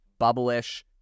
bubblish